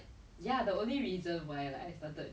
I mean like that's not very fast I would say